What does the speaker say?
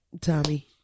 Tommy